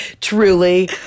truly